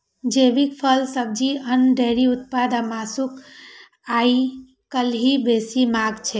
जैविक फल, सब्जी, अन्न, डेयरी उत्पाद आ मासुक आइकाल्हि बेसी मांग छै